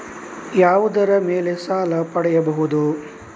ಯಾವುದರ ಮೇಲೆ ಸಾಲ ಪಡೆಯಬಹುದು?